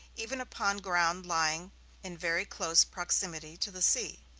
even upon ground lying in very close proximity to the sea.